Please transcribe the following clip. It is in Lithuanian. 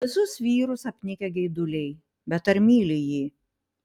visus vyrus apnikę geiduliai bet ar myli jį